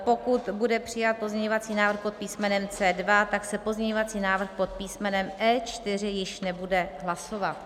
Pokud bude přijat pozměňovací návrh pod písmenem C2, tak se pozměňovací návrh pod písmenem E4 již nebude hlasovat.